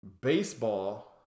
baseball